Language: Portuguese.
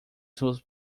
suas